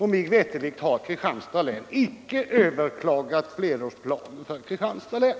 Mig veterligt har emellertid inte länsstyrelsen överklagat flerårsplanen för Kristianstads län.